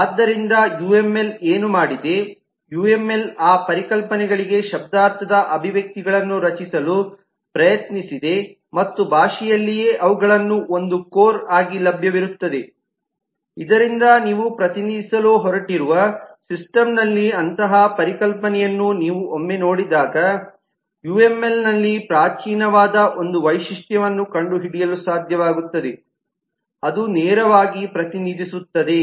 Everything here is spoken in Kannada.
ಆದ್ದರಿಂದ ಯುಎಂಎಲ್ ಏನು ಮಾಡಿದೆ ಯುಎಂಎಲ್ ಆ ಪರಿಕಲ್ಪನೆಗಳಿಗೆ ಶಬ್ದಾರ್ಥದ ಅಭಿವ್ಯಕ್ತಿಗಳನ್ನು ರಚಿಸಲು ಪ್ರಯತ್ನಿಸಿದೆ ಮತ್ತು ಭಾಷೆಯಲ್ಲಿಯೇ ಅವುಗಳನ್ನು ಒಂದು ಕೋರ್ ಆಗಿ ಲಭ್ಯವಿರುತ್ತದೆ ಇದರಿಂದಾಗಿ ನೀವು ಪ್ರತಿನಿಧಿಸಲು ಹೊರಟಿರುವ ಸಿಸ್ಟಮ್ನಲ್ಲಿ ಅಂತಹ ಪರಿಕಲ್ಪನೆಯನ್ನು ನೀವು ಒಮ್ಮೆ ನೋಡಿದಾಗ ಯುಎಂಎಲ್ ನಲ್ಲಿ ಪ್ರಾಚೀನವಾದ ಒಂದು ವೈಶಿಷ್ಟ್ಯವನ್ನು ಕಂಡುಹಿಡಿಯಲು ಸಾಧ್ಯವಾಗುತ್ತದೆ ಅದು ನೇರವಾಗಿ ಪ್ರತಿನಿಧಿಸುತ್ತದೆ